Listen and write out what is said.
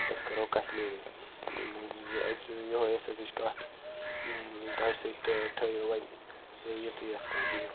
أسۍ کرو کشمیٖری ٲں یہوے ٲس أزِچۍ کَتھ تۄہہِ سۭتۍ تہٕ ٲں تھٲیو وۄنۍ یِژٕے ٲس کَتھ بہِو